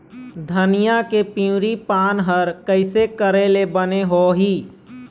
धनिया के पिवरी पान हर कइसे करेले बने होही?